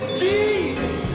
jesus